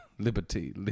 Liberty